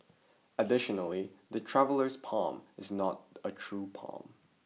additionally the Traveller's Palm is not a true palm